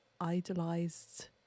idolized